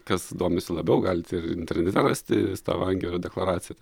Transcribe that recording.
kas domisi labiau galite ir internete rasti stavangerio deklaraciją